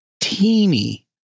teeny